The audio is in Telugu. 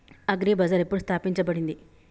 అగ్రి బజార్ ఎప్పుడు స్థాపించబడింది?